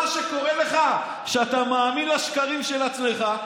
מה שקורה לך זה שאתה מאמין לשקרים של עצמך.